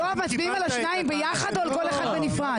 מצביעים על השניים ביחד או על כל אחד בנפרד?